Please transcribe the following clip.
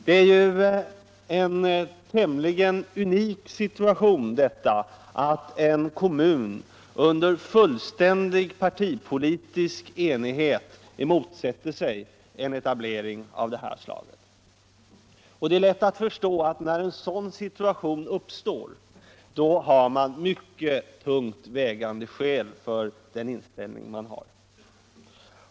Det är en tämligen unik situation att en kommun under fullständig partipolitisk enighet motsätter sig en etablering av det här slaget. Det är lätt att förstå att när en sådan situation uppstår har man mycket tungt vägande skäl för sin inställning.